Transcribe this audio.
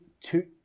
two